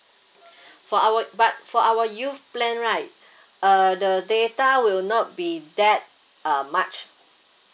for our but for our youth plan right uh the data will not be that uh much